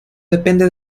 depende